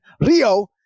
Rio